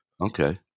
Okay